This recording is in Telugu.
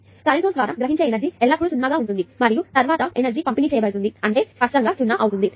కాబట్టి కరెంటు సోర్స్ ద్వారా గ్రహించే ఎనర్జీ ఎల్లప్పుడూ 0 గా ఉంటుంది మరియు తరువాత ఎనర్జీ పంపిణీ చేయబడుతుంది అంటే స్పష్టంగా 0 అవుతుంది